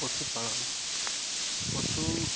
ପଶୁପାଳନ ପଶୁ